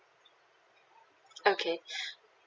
okay